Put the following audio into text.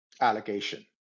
allegation